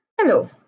Hello